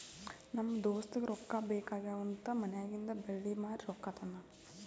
ನಮ್ ದೋಸ್ತಗ ರೊಕ್ಕಾ ಬೇಕ್ ಆಗ್ಯಾವ್ ಅಂತ್ ಮನ್ಯಾಗಿಂದ್ ಬೆಳ್ಳಿ ಮಾರಿ ರೊಕ್ಕಾ ತಂದಾನ್